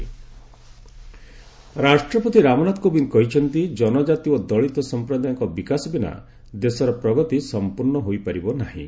ରାଷ୍ଟ୍ରପତି ରାଷ୍ଟ୍ରପତି ରାମନାଥ କୋବିନ୍ଦ କହିଛନ୍ତି ଜନଜାତି ଓ ଦଳିତ ସମ୍ପ୍ରଦାୟଙ୍କ ବିକାଶ ବିନା ଦେଶର ପ୍ରଗତି ସମ୍ପର୍ଣ୍ଣ ହୋଇପାରିବ ନାହିଁ